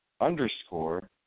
underscore